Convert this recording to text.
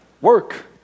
work